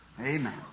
Amen